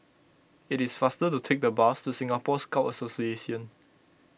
it is faster to take the bus to Singapore Scout Association